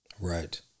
Right